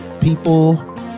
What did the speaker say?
people